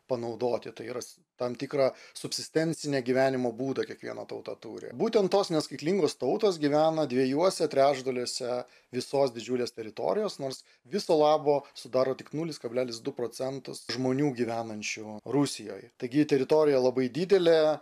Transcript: panaudoti tai yra tam tikrą subsistencinį gyvenimo būdą kiekviena tauta turi būtent tos neskaitlingos tautos gyvena dviejuose trečdaliuose visos didžiulės teritorijos nors viso labo sudaro tik nulis kablelis du procentus žmonių gyvenančių rusijoj taigi teritorija labai didelė